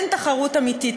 אין תחרות אמיתית,